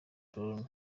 brown